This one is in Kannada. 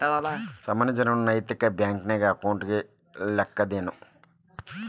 ಸಾಮಾನ್ಯ ಜನರು ನೈತಿಕ ಬ್ಯಾಂಕ್ನ್ಯಾಗ್ ಅಕೌಂಟ್ ತಗೇ ಲಿಕ್ಕಗ್ತದೇನು?